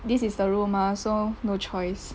this is the rule mah so no choice